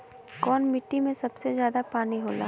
कौन मिट्टी मे सबसे ज्यादा पानी होला?